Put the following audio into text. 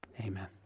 amen